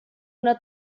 una